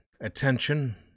attention